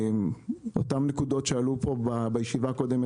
מבחינת אותן נקודות שעלו פה בישיבה הקודמת,